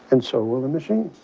and so will the machine